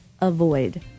avoid